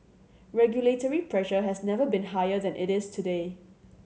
regulatory pressure has never been higher than it is today